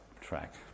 track